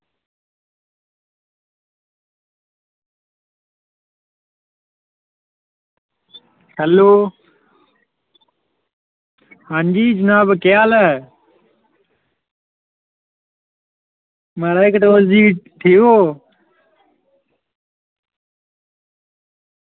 hello हां जी जनाब केह् हाल ऐ म्हाराज कटोच जी ठीक ओ